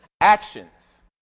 actions